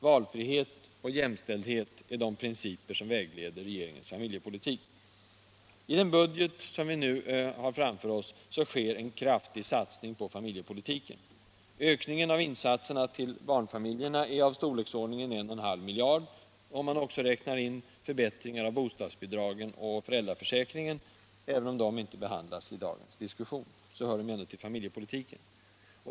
Valfrihet och jämställdhet är de principer som vägleder regeringens familjepolitik. I den budget som vi nu har framför oss sker en kraftig satsning på familjepolitiken. Ökningen av insatserna för barnfamiljerna är av storleksordningen 1,5 miljarder kronor, om man också räknar in förbättringarna av bostadsbidragen och föräldraförsäkringen. Även om dessa inte behandlas i dagens diskussion hör de ju till familjepolitiken.